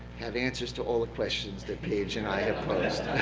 have answers to all the questions that paige and i have posed.